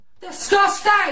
Disgusting